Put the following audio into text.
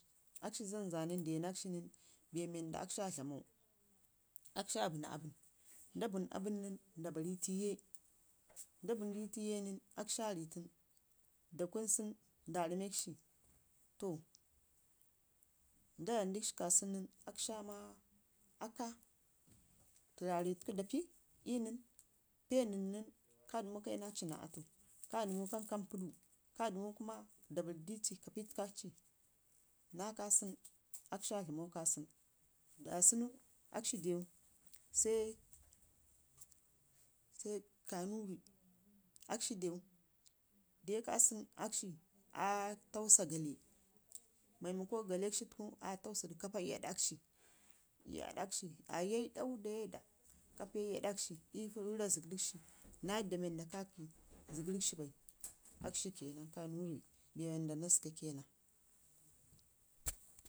akshi zanəanən denak shi nən bee mu ro anda akshi aa dlamau, akshiaa bərra aabən, nda bənn aabən nən nda barri ii tiye nda barri tiye nən akshi aa riitunu da leun sun nda rammeci to nda dlam dishi kaban nən akshi aama aakka turare tweu da pii ii mn, pee nən nən ka dəmu kayi naaci naa atu, ka dəmu kuma nda barridici ka piidu ii tə kaci naa kasunu akoshi aa dlaman kasu nu dasunu akohi dew sai kanuri akshi dew de kasu akshi aa tagsa gaale, maima ko gaalelashi aa tawada kapaa ii adakshi ii adakshi aa yaiɗau da yaiɗa kapaa ii adakshi aa kapaa zɗgərrlashi naa yadda wanda kakə zə gərr shi bai akshi ke nan kanuri bee wanda naa zəga ke nan.